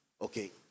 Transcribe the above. okay